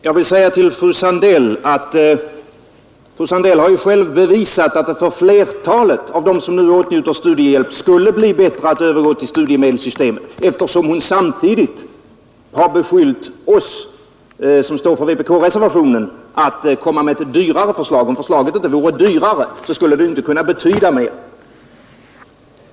Fru talman! Jag vill säga till fröken Sandell att fröken Sandell ju själv har bevisat att det för flertalet av dem som nu åtnjuter studiehjälp skulle bli bättre att övergå till studiemedelssystemet, eftersom hon samtidigt har beskyllt oss, som står för vpk-reservationen, att komma med ett dyrare förslag. Om förslaget inte vore dyrare, skulle det ju inte kunna betyda detta.